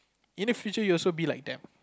in the future we will also be like them